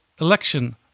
election